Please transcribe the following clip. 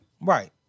Right